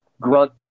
grunt